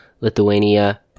Lithuania